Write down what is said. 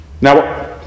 Now